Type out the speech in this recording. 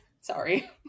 Sorry